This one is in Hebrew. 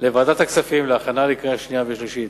לוועדת הכספים להכנה לקריאה שנייה ושלישית.